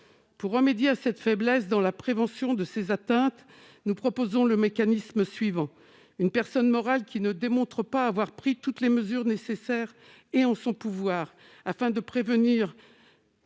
Pour remédier à cette faiblesse dans la prévention des atteintes, nous proposons le mécanisme suivant : une personne morale qui ne démontre pas avoir pris toutes les mesures nécessaires et en son pouvoir afin de prévenir